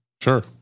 Sure